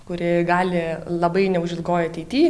kuri gali labai neužilgoj ateity